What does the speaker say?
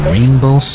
Rainbow